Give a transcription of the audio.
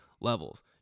levels